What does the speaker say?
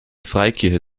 freikirche